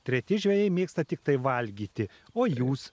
treti žvejai mėgsta tiktai valgyti o jūs